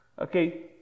Okay